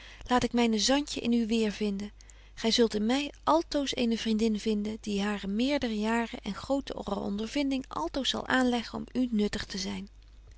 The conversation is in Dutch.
laat ik myne zantje in u weervinden gy zult in my altoos eene vriendin vinden die hare meerdere jaren en grotere ondervinding altoos zal aanleggen om u nuttig te zyn